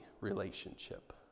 relationship